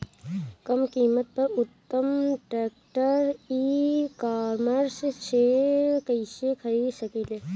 कम कीमत पर उत्तम ट्रैक्टर ई कॉमर्स से कइसे खरीद सकिले?